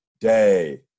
day